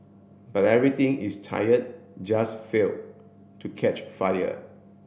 but everything is tired just failed to catch fire